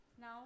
Now